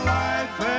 life